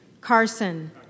Carson